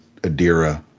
Adira